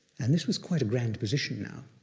and this was quite a grand position now.